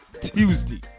Tuesday